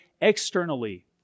externally